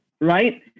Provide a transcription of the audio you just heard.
right